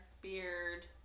beard